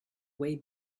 way